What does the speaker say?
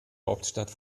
hauptstadt